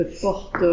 porte